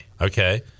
Okay